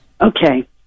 Okay